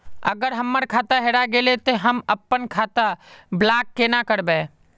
अगर हमर खाता हेरा गेले ते हम अपन खाता ब्लॉक केना करबे?